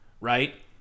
right